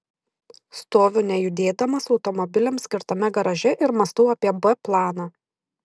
stoviu nejudėdamas automobiliams skirtame garaže ir mąstau apie b planą